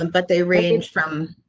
um but they range from,